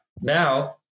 now